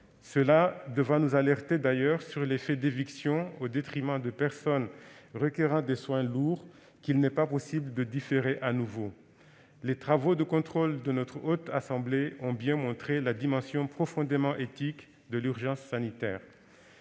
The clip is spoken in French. d'ailleurs nous alerter sur l'effet d'éviction au détriment de personnes requérant des soins lourds qu'il n'est pas possible de différer de nouveau. Les travaux de contrôle de notre Haute Assemblée ont bien montré la dimension profondément éthique de l'urgence sanitaire.